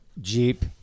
Jeep